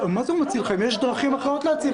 יש דרכים אחרות להציל חיים.